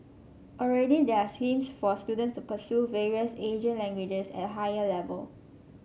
already there are schemes for students to pursue various Asian languages at a higher level